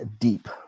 deep